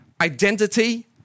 identity